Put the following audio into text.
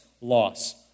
loss